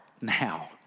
now